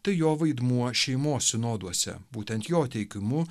tai jo vaidmuo šeimos sinoduose būtent jo teikimu